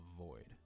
avoid